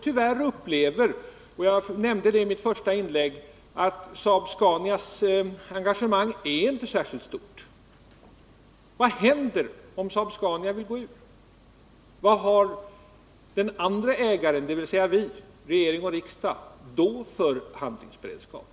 Tyvärr upplever jag det så — jag nämnde det i mitt första inlägg — att Saab-Scanias engagemang inte är särskilt starkt. Vad händer om Saab-Scania vill dra sig ur? Vilken handlingsberedskap har vi, dvs. regering och riksdag, för en sådan utveckling?